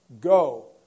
go